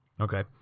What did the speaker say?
Okay